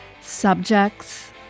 subjects